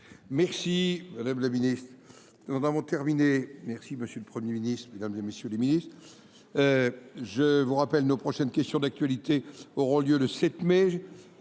Merci Madame la Ministre. Nous en avons terminé. Merci Monsieur le Premier Ministre, Mesdames et Messieurs les Ministres. Je vous rappelle, nos prochaines questions d'actualité auront lieu le 7 mai.